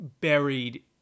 buried